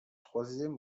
troisième